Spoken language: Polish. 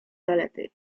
zalety